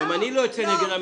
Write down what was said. גם אני לא יוצא נגד המשרד.